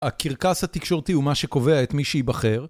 הקרקס התקשורתי הוא מה שקובע את מי שייבחר